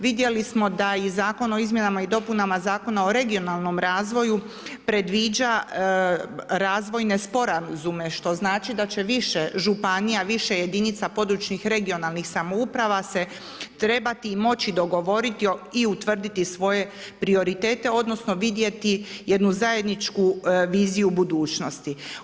Vidjeli smo da i Zakon o izmjenama i dopunama Zakona o regionalnom razvoju predviđa razvojne sporazume, što znači da će više županija, više jedinica područnih, regionalnih samouprava se trebati i moći dogovoriti i utvrditi svoje prioritete, odnosno vidjeti jednu zajedničku viziju budućnosti.